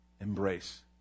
embrace